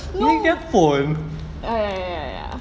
no ya ya ya